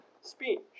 speech